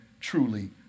truly